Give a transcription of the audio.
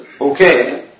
okay